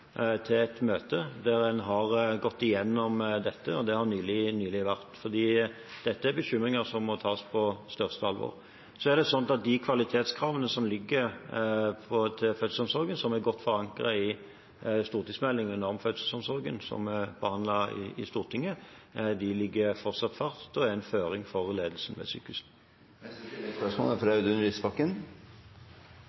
til å invitere Jordmorforbundet til et møte der en har gått gjennom dette, og det har nylig vært, for dette er bekymringer som må tas på største alvor. Så er det slik at de kvalitetskravene som ligger til fødselsomsorgen, som er godt forankret i stortingsmeldingen om fødselsomsorgen, som er behandlet i Stortinget, fortsatt ligger fast og er en føring for ledelsen ved sykehusene. Audun Lysbakken – til neste